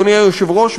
אדוני היושב-ראש,